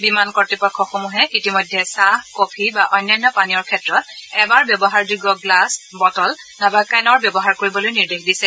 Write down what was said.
বিমান কৰ্ত্তপক্ষসমূহে ইতিমধ্যে চাহ কফি বা অনান্য পানীয়ৰ ক্ষেত্ৰত এবাৰ ব্যৱহাৰযোগ্য গ্লাছ বটল নাইবা কেনৰ ব্যৱহাৰ কৰিবলৈ নিৰ্দেশ দিছে